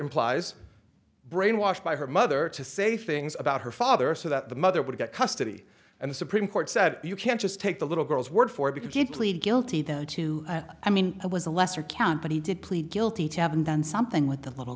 implies brainwashed by her mother to say things about her father so that the mother would get custody and the supreme court said you can't just take the little girl's word for it because you plead guilty though to i mean it was a lesser count but he did plead guilty to having done something with the little